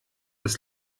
das